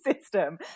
system